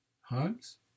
homes